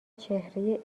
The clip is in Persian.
چهره